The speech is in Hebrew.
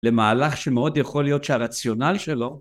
למהלך שמאוד יכול להיות שהרציונל שלו